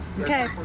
Okay